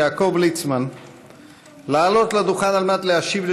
הישיבה השלוש-מאות-ושמונים-וחמש של הכנסת העשרים יום רביעי,